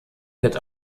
wird